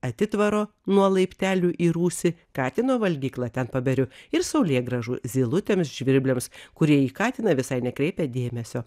atitvaro nuo laiptelių į rūsį katino valgykla ten paberiu ir saulėgrąžų zylutėms žvirbliams kurie į katiną visai nekreipia dėmesio